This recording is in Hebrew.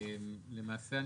למעשה,